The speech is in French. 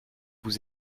vous